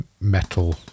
metal